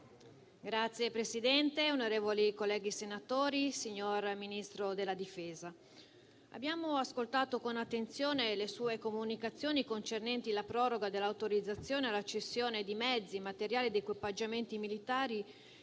Signor Presidente, onorevoli colleghi senatori, signor Ministro della difesa, abbiamo ascoltato con attenzione le sue comunicazioni concernenti la proroga dell'autorizzazione alla cessione di mezzi, materiali ed equipaggiamenti militari